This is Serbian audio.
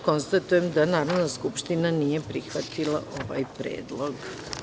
Konstatujem da Narodna skupština nije prihvatila ovaj predlog.